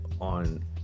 on